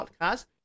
podcast